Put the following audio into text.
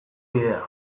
bidea